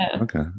Okay